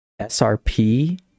srp